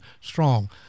strong